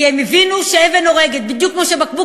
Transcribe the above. כי הם הבינו שאבן הורגת בדיוק כמו שבקבוק